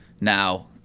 now